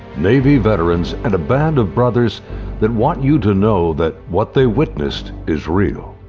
navy veterans and a band of brothers that want you to know that what they witnessed is real.